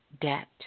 debt